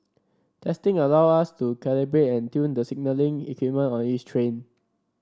testing allow us to calibrate and tune the signalling equipment on each train